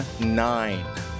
nine